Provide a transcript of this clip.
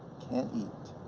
can't eat,